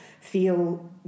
feel